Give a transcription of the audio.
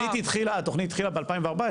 התוכנית התחילה ב-2014.